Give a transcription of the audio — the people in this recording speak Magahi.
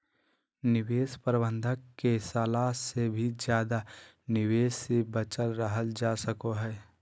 निवेश प्रबंधक के सलाह से भी ज्यादा निवेश से बचल रहल जा सको हय